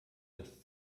das